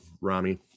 Rami